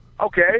okay